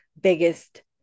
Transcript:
biggest